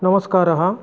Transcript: नमस्कारः